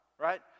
right